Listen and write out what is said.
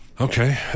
Okay